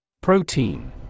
Protein